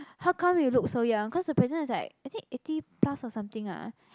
how come you look so young cause the president is like I think eighty plus or something ah